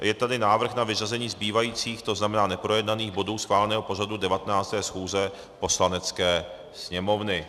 Je tady návrh na vyřazení zbývajících, to znamená neprojednaných bodů schváleného pořadu 19. schůze Poslanecké sněmovny.